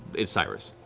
it's cyrus.